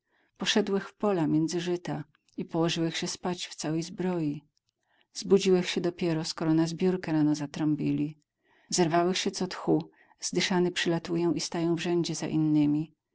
poszedłech w pola między żyta i położyłech sie spać w całej zbroi zbudziłech sie dopiero skoro na zbiórkę rano zatrąbili zerwałech sie co tchu zdyszany przylatuję i staję w rzędzie za innymi